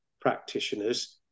practitioners